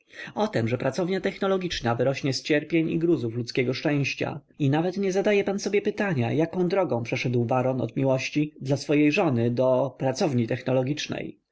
o tem że pracownia technologiczna wyrośnie z cierpień i gruzów ludzkiego szczęścia i nawet nie zadaje pan sobie pytania jaką drogą przeszedł baron od miłości dla swojej żony do pracowni technologicznej